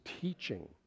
teaching